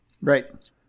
Right